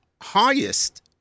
highest